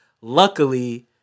Luckily